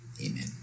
Amen